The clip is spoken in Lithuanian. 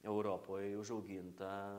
europoj užaugintą